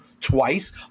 twice